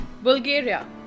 Bulgaria